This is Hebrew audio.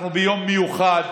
אנחנו ביום מיוחד,